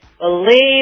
Believe